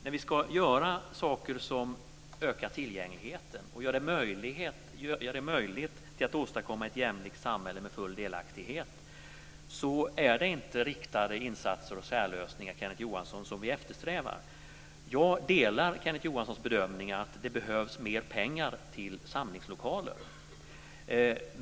När vi ska göra saker som ökar tillgängligheten och göra det möjligt att åstadkomma ett jämlikt samhälle med full delaktighet är det inte riktade insatser och särlösningar som vi eftersträvar, Kenneth Johansson. Jag delar Kenneth Johanssons bedömning att det behövs mer pengar till samlingslokaler.